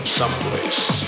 someplace